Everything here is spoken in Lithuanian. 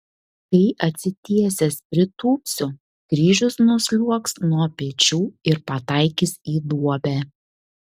kai atsitiesęs pritūpsiu kryžius nusliuogs nuo pečių ir pataikys į duobę